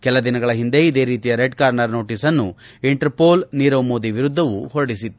ಕೆಲ ದಿನಗಳ ಹಿಂದೆ ಇದೇ ರೀತಿಯ ರೆಡ್ ಕಾರ್ನರ್ ನೋಟಸ್ ಅನ್ನು ಇಂಟರ್ ಪೋಲ್ ನೀರವ್ ಮೋದಿ ವಿರುದ್ದವು ಹೊರಡಿಸಿತ್ತು